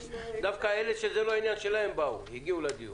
דווקא שזה לא עניין שלהם הגיעו לדיון.